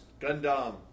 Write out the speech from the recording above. Gundam